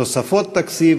תוספות תקציב,